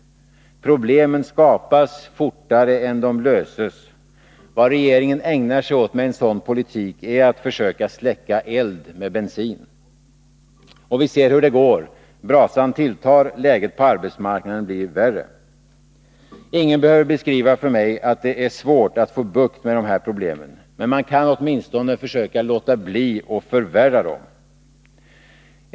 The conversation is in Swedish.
Problemen skapas fortare än de löses. Vad regeringen ägnar sig åt med en sådan politik är att försöka släcka eld med bensin. Vi ser hur det går. Brasan tilltar — läget på arbetsmarknaden blir värre. Ingen behöver beskriva för mig att det är svårt att få bukt med dessa problem, men man kan åtminstone försöka låta bli att förvärra dem.